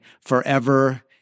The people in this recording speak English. forever